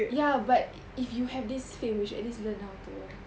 ya but if you have this fame you should at least learn lah to